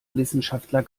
wissenschaftler